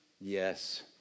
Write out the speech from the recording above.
Yes